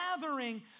gathering